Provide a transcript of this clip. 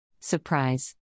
Surprise